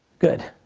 good.